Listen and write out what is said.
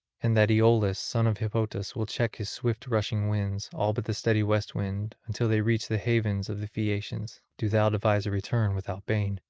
and that aeolus, son of hippotas, will check his swift rushing winds, all but the steady west wind, until they reach the havens of the phaeacians do thou devise a return without bane.